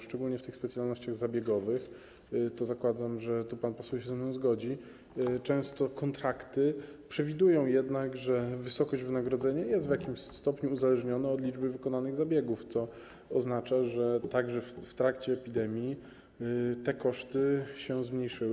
Szczególnie w specjalnościach zabiegowych - zakładam, że tu pan poseł się ze mną zgodzi - często kontrakty jednak przewidują, że wysokość wynagrodzenia jest w jakimś stopniu uzależniona od liczby wykonanych zabiegów, co oznacza, że także w trakcie epidemii te koszty się zmniejszyły.